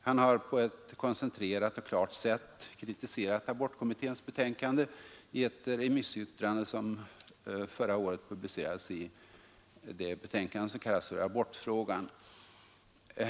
Han har på ett koncentrerat och klart sätt kritiserat abortkommitténs betänkande i ett remissyttrande som förra året publicerades i skriften Abortfrågan.